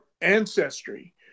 ancestry